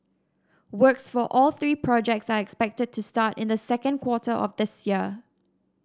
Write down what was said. works for all three projects are expected to start in the second quarter of this year